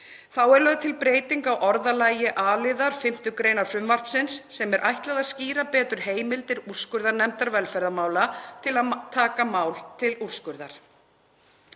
Þá er lögð til breyting á orðalagi a-liðar 5. gr. frumvarpsins sem er ætlað að skýra betur heimildir úrskurðarnefndar velferðarmála til að taka mál til úrskurðar.